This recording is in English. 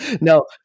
No